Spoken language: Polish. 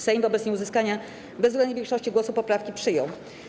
Sejm wobec nieuzyskania bezwzględnej większości głosów poprawki przyjął.